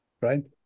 right